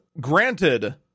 granted